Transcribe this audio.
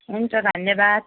हुन्छ धन्यवाद